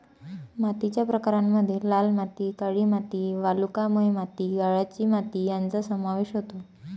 मातीच्या प्रकारांमध्ये लाल माती, काळी माती, वालुकामय माती, गाळाची माती यांचा समावेश होतो